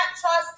trust